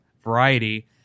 variety